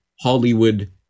Hollywood